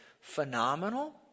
phenomenal